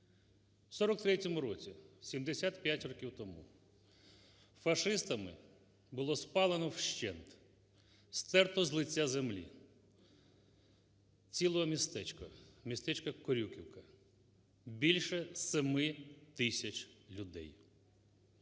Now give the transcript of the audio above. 1943 році, 75 років тому, фашистами було спалено вщент, стерто з лиця землі ціле містечко, містечко Корюківка, більше 7 тисяч людей